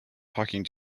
talking